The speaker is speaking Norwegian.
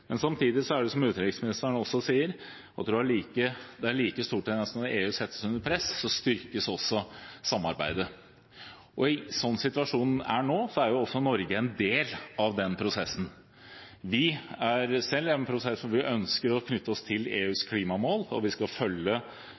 Men samtidig er det – som også utenriksministeren sier – en stor tendens til at når EU settes under press, styrkes også samarbeidet. Slik situasjonen er nå, er også Norge en del av den prosessen. Vi er selv i en prosess hvor vi ønsker å knytte oss til EUs klimamål, og vi skal følge